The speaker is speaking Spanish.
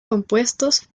compuestos